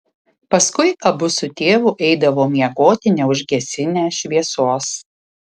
paskui abu su tėvu eidavo miegoti neužgesinę šviesos